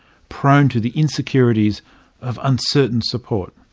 prone to the insecurities of uncertain support.